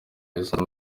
yisanze